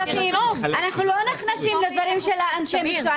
אנחנו לא נכנסים לדברים של אנשי המקצוע,